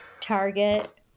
Target